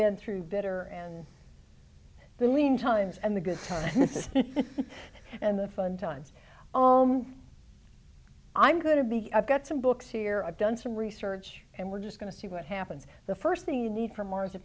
been through better and the lean times and the good times and the fun times i'm going to be i've got some books here i've done some research and we're just going to see what happens the first thing you need from m